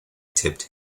tipped